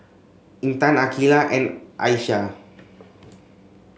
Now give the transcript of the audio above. Intan Aqeelah and Aisyah